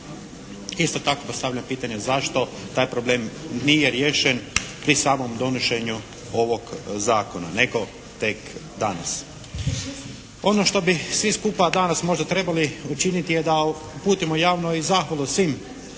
Isto tako postavljam pitanje zašto taj problem nije riješen pri samom donošenju ovog Zakona, nego tek danas? Ono što bi svi skupa danas možda trebali učiniti je da uputimo javno i zahvalu svim